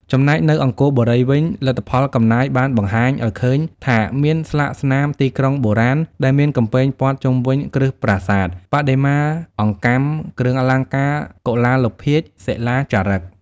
ចំណែកនៅអង្គរបុរីវិញ លទ្ធផលកំណាយបានបង្ហាញឱ្យឃើញថាមានស្លាកស្នាម ទីក្រុងបុរាណ ដែលមានកំពែងព័ទ្ធជុំវិញគ្រឹះប្រាសាទ បដិមា អង្កាំ គ្រឿងអលង្ការ កុលាលភាជន៍ សិលាចារឹក។